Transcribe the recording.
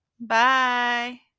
Bye